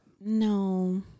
No